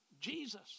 Jesus